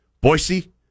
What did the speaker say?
Boise